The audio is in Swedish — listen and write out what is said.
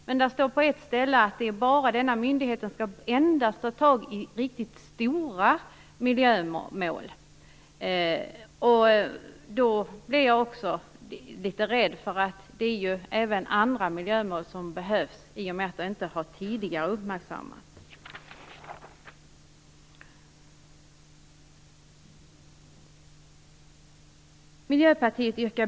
Men det står på ett ställe att myndigheten endast skall ta tag i riktigt stora miljömål. Då blir jag också litet rädd, för även andra miljömål behöver tas itu med i och med att de inte uppmärksammats tidigare. 3.